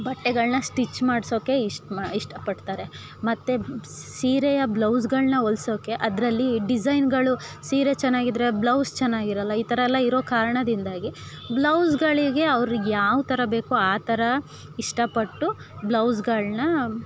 ಬಟ್ಟೆಗಲನ್ನ stitch ಮಾಡಿಸೋಕೆ ಇಷ್ಟ ಮ ಇಷ್ಟ ಪಡ್ತಾರೆ ಮತ್ತು ಸೀರೆಯ ಬ್ಲೌಸ್ಗಳನ್ನು ಹೊಲ್ಸೋಕೆ ಅದರಲ್ಲಿ ಡಿಸೈನ್ಗಳು ಸೀರೆ ಚೆನ್ನಾಗ್ ಇದ್ರೆ ಬ್ಲೌಸ್ ಚೆನ್ನಾಗ್ ಇರೋಲ್ಲಾ ಈ ಥರ ಎಲ್ಲ ಇರೋ ಕಾರಣದಿಂದಾಗಿ ಬ್ಲೌಸ್ಗಳಿಗೆ ಅವ್ರಿಗೆ ಯಾವ ಥರ ಬೇಕೋ ಆ ಥರ ಇಷ್ಟ ಪಟ್ಟು ಬ್ಲೌಸ್ಗಳನ್ನ